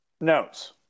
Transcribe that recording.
notes